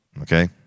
okay